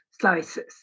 slices